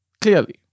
clearly